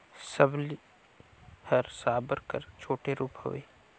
सबली हर साबर कर छोटे रूप हवे